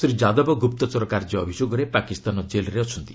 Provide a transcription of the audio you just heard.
ଶ୍ରୀ ଯାଦବ ଗୁପ୍ତଚର କାର୍ଯ୍ୟ ଅଭିଯୋଗରେ ପାକିସ୍ତାନ ଜେଲ୍ରେ ଅଛନ୍ତି